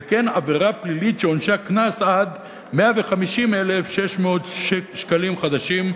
וכן עבירה פלילית שעונשה קנס עד 150,600 שקלים חדשים.